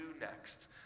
next